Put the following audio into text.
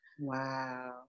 Wow